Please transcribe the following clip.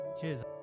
Cheers